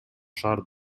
шаар